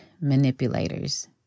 manipulators